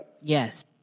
Yes